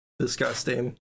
Disgusting